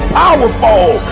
powerful